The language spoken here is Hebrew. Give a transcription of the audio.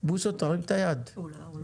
הצבעה אושר.